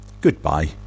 Goodbye